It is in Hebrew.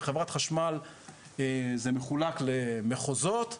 בחברת חשמל זה מחולק למחוזות,